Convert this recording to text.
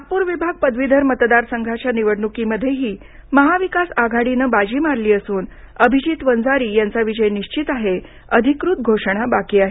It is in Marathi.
नागपूर विभाग पदवीधर मतदार संघाच्या निवडणुकीमध्येही महाविकास आघाडीनं बाजी मारली असून अभिजीत वंजारी यांचा विजय निश्वित आहे अधिकृत घोषणा बाकी आहे